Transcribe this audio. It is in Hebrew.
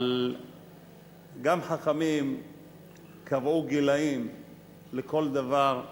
אבל גם חכמים קבעו גילאים לכל דבר,